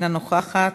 אינה נוכחת,